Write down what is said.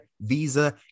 Visa